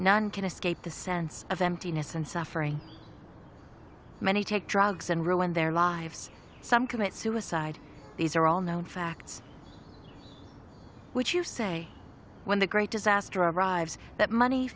none can escape the sense of emptiness and suffering many take drugs and ruin their lives some commit suicide these are all known facts which you say when the great disaster arrives that money